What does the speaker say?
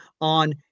on